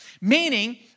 Meaning